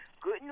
good